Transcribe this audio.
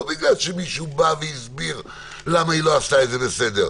בגלל שמישהו בא והסביר למה היא לא עשתה את זה בסדר,